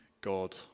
God